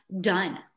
done